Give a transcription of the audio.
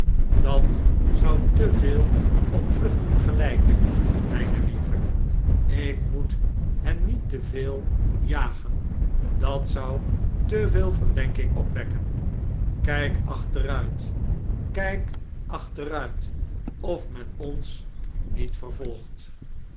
dat zou te veel op vluchten gelpen mpe lieve ik moet hen niet te veel jagen dat zou te veel verdenking opwekken kp achteruit kp achteruit of men ons niet vervolgt